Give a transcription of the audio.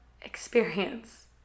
experience